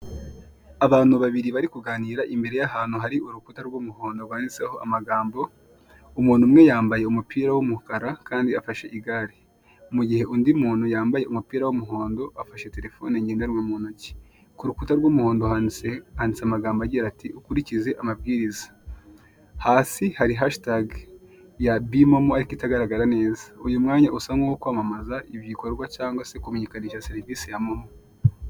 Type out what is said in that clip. Abantu babiri bari kuganira imbere y' ahantu hari urukuta rw'umuhondo, rwanditseho amagambo. Umuntu umwe yambaye umupira w'umukara kandi afashe igare; mu gihe undi muntu yambaye umupira w'umuhondo, afashe terefone mu ntoki. Ku rukuta rw'umuhondo handitse amagambo agira ati: " Ukurikize amabwiriza." Hasi, hari hashi tage ya bi momo ariko itagaragara neza. Uyu mwanya usa nk'uwo kwamamaza igikorwa cyangwa se kumenyekanisha serivisi ya momo.